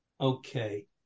Okay